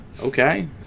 okay